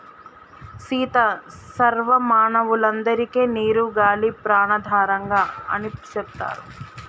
సీత సర్వ మానవులందరికే నీరు గాలి ప్రాణాధారం అని సెప్తారు